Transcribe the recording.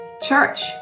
church